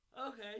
okay